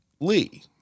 Lee